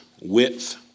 width